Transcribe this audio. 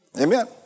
Amen